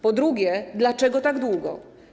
Po drugie, dlaczego tak długo?